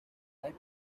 let